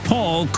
Paul